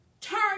turn